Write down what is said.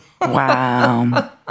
Wow